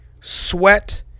sweat